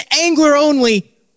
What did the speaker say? angler-only